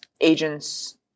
agents